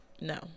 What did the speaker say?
no